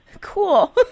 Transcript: cool